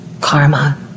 karma